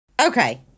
Okay